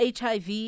HIV